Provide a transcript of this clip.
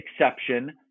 exception